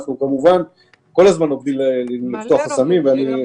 אנחנו כמובן עובדים כדי לפתוח חסמים.